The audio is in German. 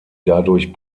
dadurch